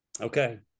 Okay